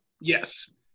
Yes